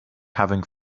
having